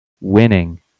Winning